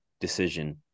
decision